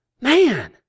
Man